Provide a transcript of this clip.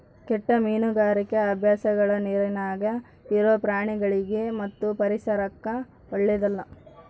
ಕೆಟ್ಟ ಮೀನುಗಾರಿಕಿ ಅಭ್ಯಾಸಗಳ ನೀರಿನ್ಯಾಗ ಇರೊ ಪ್ರಾಣಿಗಳಿಗಿ ಮತ್ತು ಪರಿಸರಕ್ಕ ಓಳ್ಳೆದಲ್ಲ